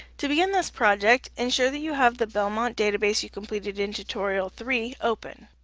to begin this project, ensure that you have the belmont database you completed in tutorial three open.